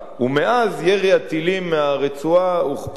ומאז ירי הטילים מהרצועה הוכפל,